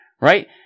right